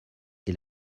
est